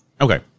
Okay